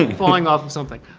falling off of something.